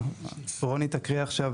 רוני תקריא עכשיו,